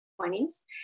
20s